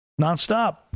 Nonstop